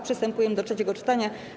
Przystępujemy do trzeciego czytania.